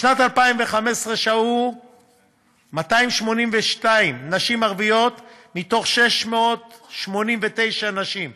בשנת 2015 שהו 282 נשים ערביות, מ-689 נשים,